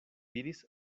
diris